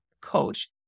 coach